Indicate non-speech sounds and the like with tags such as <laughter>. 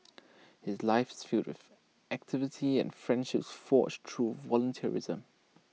<noise> his life is filled with activity and friendships forged through volunteerism